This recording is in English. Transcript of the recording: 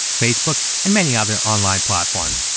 facebook, and many other online platforms.